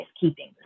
keeping